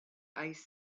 ice